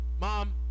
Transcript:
mom